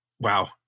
wow